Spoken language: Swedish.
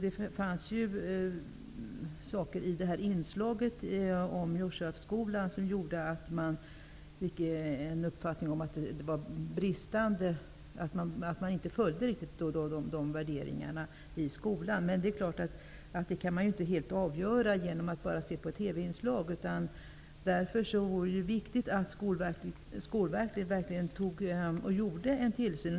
Det fanns i inslaget om Joshua-skolan saker som gjorde att jag fick uppfattningen att man i den skolan inte riktigt tillämpar de värderingarna. Det är dock klart att man inte helt kan avgöra det bara genom att se på TV-inslag, och därför är det viktigt att Skolverket verkligen gör en extra tillsyn.